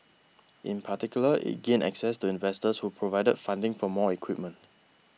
in particular it gained access to investors who provided funding for more equipment